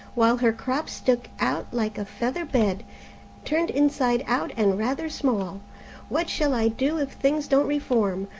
while her crop stuck out like a feather bed turned inside out, and rather small what shall i do if things don't reform?